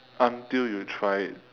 until you tried it